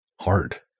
Hard